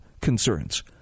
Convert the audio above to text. concerns